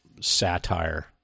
satire